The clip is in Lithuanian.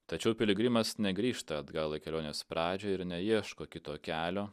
tačiau piligrimas negrįžta atgal į kelionės pradžią ir neieško kito kelio